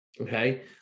okay